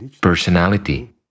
personality